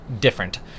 different